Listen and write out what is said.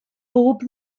bob